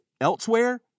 elsewhere